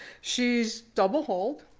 she's double hulled,